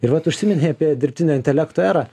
ir vat užsiminei apie dirbtinio intelekto erą